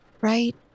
right